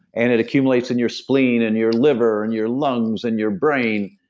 and it accumulates in your spleen, and your liver, and your lungs, and your brain.